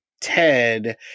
Ted